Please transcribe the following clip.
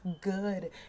good